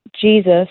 Jesus